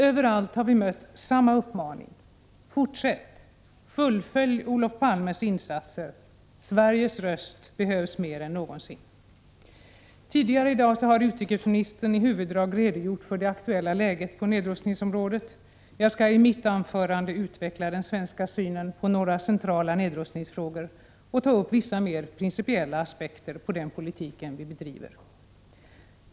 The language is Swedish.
Överallt har vi mött samma uppmaning - fortsätt, fullfölj Olof Palmes insatser, Sveriges röst behövs mer än någonsin! Utrikesministern har tidigare i dag i huvuddrag redogjort för det aktuella läget på nedrustningsområdet. Jag skall i mitt anförande utveckla den svenska synen på några centrala nedrustningsfrågor och ta upp vissa mer principiella aspekter på den politik vi bedriver.